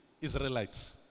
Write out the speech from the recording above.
Israelites